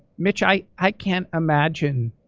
mitch, i i can't imagine